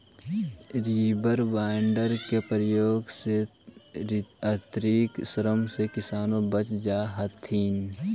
reaper binder के प्रयोग से अतिरिक्त श्रम से किसान बच जा हथिन